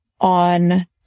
on